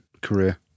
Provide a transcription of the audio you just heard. career